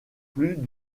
plus